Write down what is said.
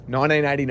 1989